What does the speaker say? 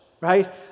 right